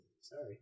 Sorry